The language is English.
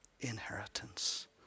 inheritance